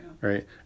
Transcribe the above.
right